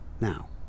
Now